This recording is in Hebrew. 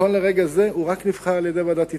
נכון לרגע זה הוא רק נבחר על-ידי ועדת איתור,